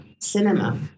cinema